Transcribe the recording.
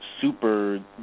super